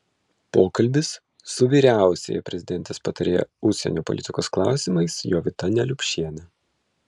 pokalbis su vyriausiąja prezidentės patarėja užsienio politikos klausimais jovita neliupšiene